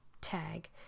tag